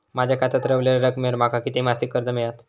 माझ्या खात्यात रव्हलेल्या रकमेवर माका किती मासिक कर्ज मिळात?